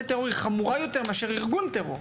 טרור היא חמורה יותר מאשר ארגון טרור,